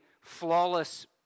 flawless